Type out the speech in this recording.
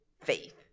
faith